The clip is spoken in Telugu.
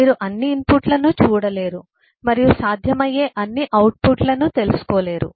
మీరు అన్ని ఇన్పుట్లను చూడలేరు మరియు సాధ్యమయ్యే అన్ని అవుట్పుట్లను తెలుసుకోలేరు